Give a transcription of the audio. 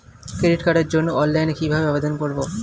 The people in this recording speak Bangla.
ক্রেডিট কার্ডের জন্য অনলাইনে কিভাবে আবেদন করব?